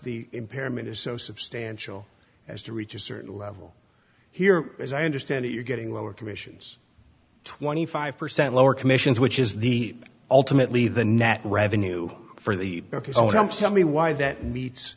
the impairment is so substantial as to reach a certain level here as i understand it you're getting lower commissions twenty five percent lower commissions which is the ultimately the net revenue for the whole time somebody why that meets